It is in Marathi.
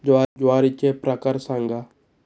ज्वारीचे प्रकार सांगा